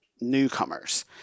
newcomers